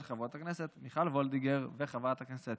של חברת הכנסת מיכל וולדיגר וחברת הכנסת